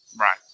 Right